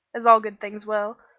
as all good things will,